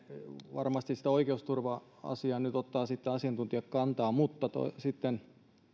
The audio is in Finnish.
varmasti siihen oikeusturva asiaan nyt ottavat sitten asiantuntijat kantaa sitten